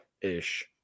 ish